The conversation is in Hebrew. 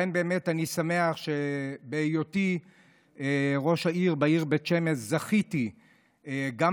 אני באמת שמח שבהיותי ראש העיר בית שמש זכיתי גם